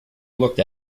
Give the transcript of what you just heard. looked